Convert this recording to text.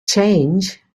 change